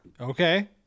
Okay